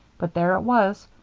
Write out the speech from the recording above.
but there it was,